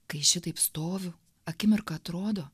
kai šitaip stoviu akimirką atrodo